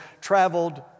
traveled